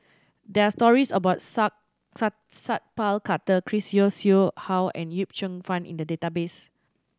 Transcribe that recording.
there are stories about Sat Pal Khattar Chris Yeo Siew Hua and Yip Cheong Fun in the database